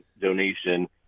donation